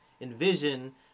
envision